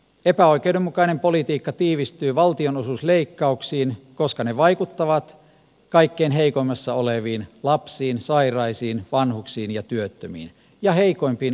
epäoikeudenmukainen politiikka tiivistyy valtionosuusleikkauksiin koska ne vaikuttavat kaikkein heikoimmassa asemassa oleviin lapsiin sairaisiin vanhuksiin ja työttömiin ja heikoimpiin alueisiin